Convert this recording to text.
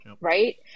right